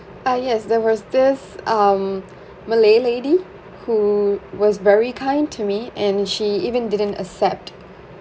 uh yes there was this um malay lady who was very kind to me and she even didn't accept